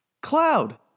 Cloud